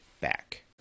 back